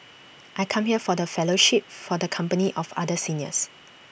I come here for the fellowship for the company of other seniors